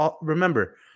remember